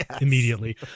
immediately